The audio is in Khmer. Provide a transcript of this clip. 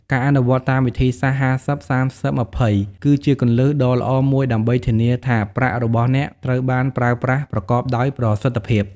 ការអនុវត្តតាមវិធីសាស្ត្រ ៥០/៣០/២០ គឺជាគន្លឹះដ៏ល្អមួយដើម្បីធានាថាប្រាក់របស់អ្នកត្រូវបានប្រើប្រាស់ប្រកបដោយប្រសិទ្ធភាព។